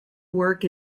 work